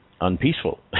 unpeaceful